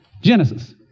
Genesis